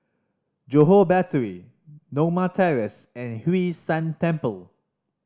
Johore Battery Norma Terrace and Hwee San Temple